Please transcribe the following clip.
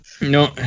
No